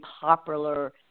popular